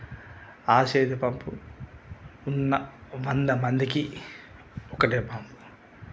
ఆ చేతి పంపు ఉన్న వంద మందికి ఒకటే పంపు